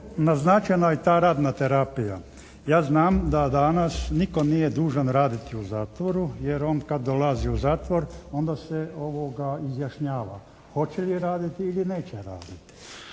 naznačena i ta radna terapija. Ja znam da danas nitko nije dužan raditi u zatvoru jer on kad dolazi u zatvor onda se izjašnjava, hoće li raditi ili neće raditi?